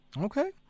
Okay